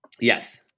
Yes